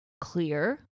clear